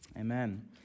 Amen